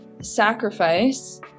sacrifice